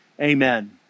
amen